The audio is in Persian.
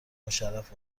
باشرف